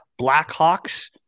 blackhawks